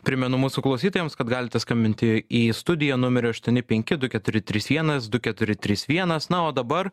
primenu mūsų klausytojams kad galite skambinti į studiją numeriu aštuoni penki du keturi trys vienas keturi trys vienas na o dabar